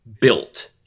built